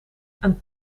een